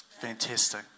Fantastic